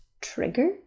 trigger